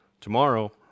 tomorrow